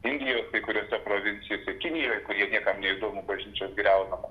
indijos kai kuriose provincijose kinijoj kur jie niekam neįdomu bažnyčios griaunamos